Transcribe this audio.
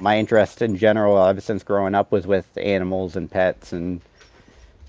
my interest in general ever since growin' up was with animals, and pets. and